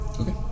Okay